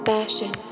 Fashion